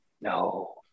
No